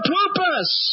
purpose